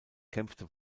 kämpfte